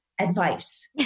advice